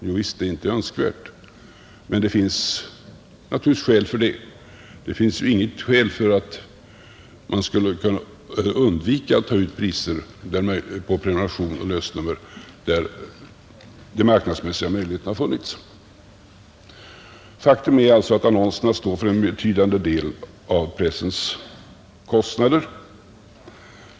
Jo visst, det är inte önskvärt, men det finns naturligtvis skäl för att det är som det är, Det finns inga skäl för att man skulle undvika att ta ut priser på prenumeration och lösnummer där de marknadsmässiga möjligheterna finns. Faktum är att anonnserna täcker en betydande del av pressens kostnader.